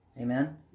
Amen